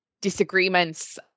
disagreements